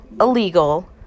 illegal